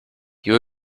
you